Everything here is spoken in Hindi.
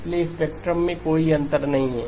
इसलिए स्पेक्ट्रम में कोई अंतर नहीं है